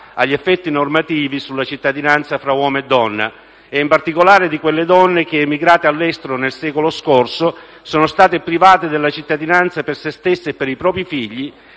agli effetti normativi sulla cittadinanza fra uomo e donna e, in particolare, di quelle donne che, emigrate all'estero nel secolo scorso, sono state private della cittadinanza per se stesse e per i propri figli